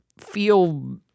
feel